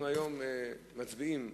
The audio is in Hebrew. אנחנו מצביעים.